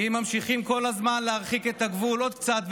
אם ממשיכים כל הזמן להרחיק את הגבול עוד קצת,